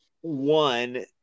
one